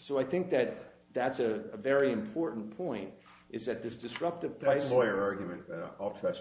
so i think that that's a very important point is that this disruptive price lawyer argument that